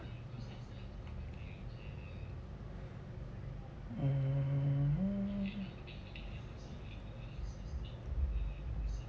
mmhmm